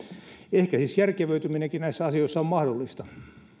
ehkä siis järkevöityminenkin näissä asioissa on mahdollista